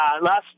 last